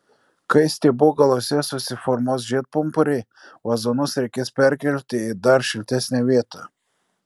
kai stiebų galuose susiformuos žiedpumpuriai vazonus reikės perkelti į dar šiltesnę vietą